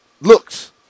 looks